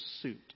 suit